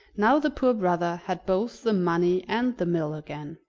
now the poor brother had both the money and the mill again.